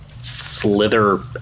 slither